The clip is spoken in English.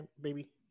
baby